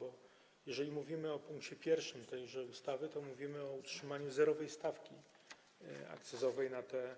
Bo jeżeli mówimy o pkt 1 tejże ustawy, to mówimy o utrzymaniu zerowej stawki akcyzowej na te